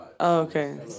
Okay